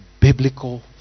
biblical